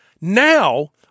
now